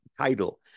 title